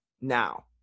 now